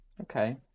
okay